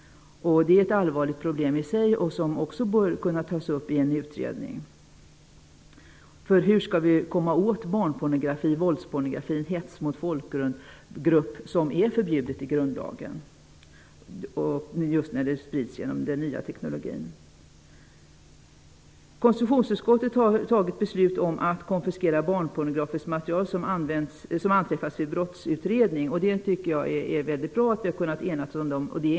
Det är ett allvarligt problem i sig som också bör kunna tas upp i en utredning. Hur skall vi komma åt barnpornografi, våldspornografi och hets mot folkgrupp, vilket är förbjudet enligt grundlagen, när det sprids sådana alster genom den nya teknologin? Konstitutionsutskottet tillstyrker ett beslut om att barnpornografiskt material som anträffas vid brottsutredning skall beslagtas. Det är väldigt bra att vi har kunnat enas om detta.